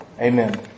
Amen